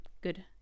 good